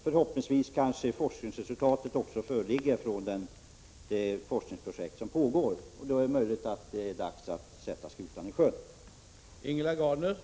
Förhoppningsvis föreligger sedan resultaten från de forskningsprojekt som pågår, och det är möjligt att det då är dags att sätta skutan i sjön.